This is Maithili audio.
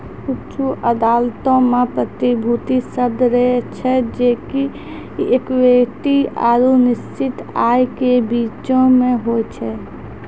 कुछु अदालतो मे प्रतिभूति शब्द रहै छै जे कि इक्विटी आरु निश्चित आय के बीचो मे होय छै